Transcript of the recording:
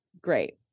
great